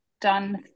done